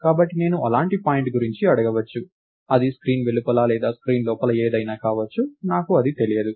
కాబట్టి నేను అలాంటి పాయింట్ గురించి అడగవచ్చు అది స్క్రీన్ వెలుపల లేదా స్క్రీన్ లోపల ఏదైనా కావచ్చు నాకు అది తెలియదు